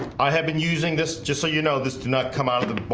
i have been using this just so you know this did not come out of the